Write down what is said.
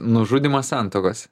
nužudymas santuokos